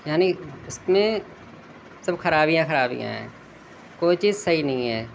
یعنی اس میں سب خرابیاں خرابیاں ہیں کوئی چیز صحیح نہیں ہے